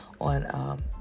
on